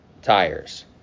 tires